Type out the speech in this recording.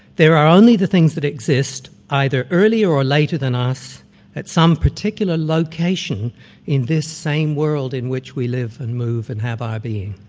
there are only the things that exist either earlier or later than us at some particular location in this same world in which we live and move and have our being.